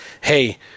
hey